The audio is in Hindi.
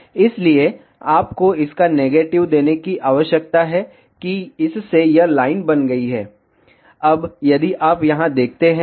इसलिए आपको इसका नेगेटिव देने की आवश्यकता है कि इससे यह लाइन बन गई है अब यदि आप यहां देखते हैं